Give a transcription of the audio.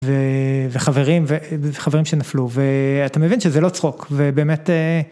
וחברים וחברים שנפלו ואתה מבין שזה לא צחוק ובאמת.